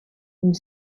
une